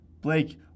Blake